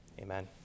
Amen